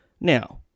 Now